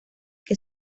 que